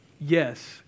Yes